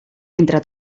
entre